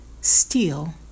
steal